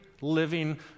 living